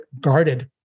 guarded